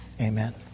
Amen